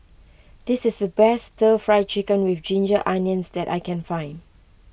this is the best Stir Fry Chicken with Ginger Onions that I can find